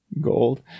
Gold